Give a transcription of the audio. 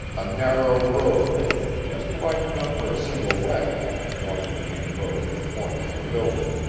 a narrow roadway, just wide enough for a single wagon, joined the main road at the corner of the building.